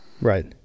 Right